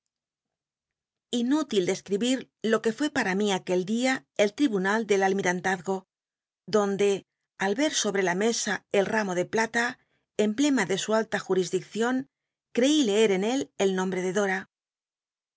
inútil describir lo que fué para mí aquel dia el tl'ibunal del almirantazgo donde al ver sobre la mesa el ramo de plata em blema de su all ljurisdiccion crcí leer en él el nombre de don